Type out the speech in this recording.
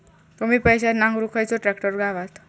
कमी पैशात नांगरुक खयचो ट्रॅक्टर गावात?